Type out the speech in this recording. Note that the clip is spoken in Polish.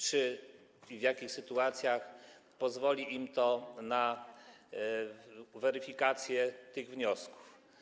Czy i w jakich sytuacjach pozwoli im to na weryfikację tych wniosków?